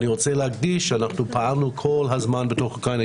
אני רוצה להדגיש שפעלנו כל הזמן בתוך אוקראינה,